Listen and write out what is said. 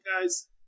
guys